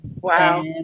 Wow